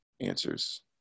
answers